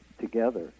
together